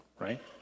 right